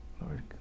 Lord